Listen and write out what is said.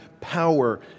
power